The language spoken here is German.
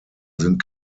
sind